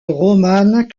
romane